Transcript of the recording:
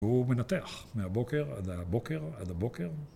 הוא מנתח מהבוקר, עד הבוקר, עד הבוקר.